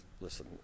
listen